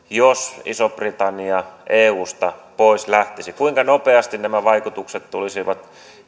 jos iso britannia eusta lähtisi pois kuinka nopeasti nämä vaikutukset tulisivat